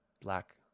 Black